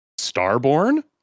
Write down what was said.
starborn